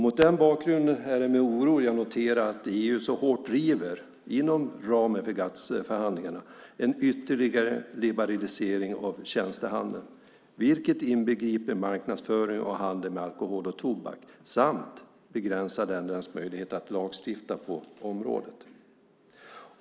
Mot den bakgrunden är det med oro jag noterar att EU inom ramen för GATS-förhandlingarna så hårt driver en ytterligare liberalisering av tjänstehandeln, vilket inbegriper marknadsföring av och handel med alkohol och tobak samt begränsar ländernas möjlighet att lagstifta på området.